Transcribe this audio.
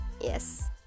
Yes